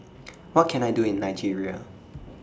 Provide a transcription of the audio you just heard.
What Can I Do in Nigeria